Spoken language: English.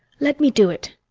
let me do it!